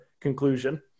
conclusion